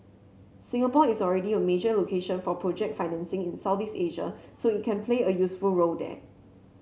Singapore is already a major location for project financing in Southeast Asia so it can play a useful role there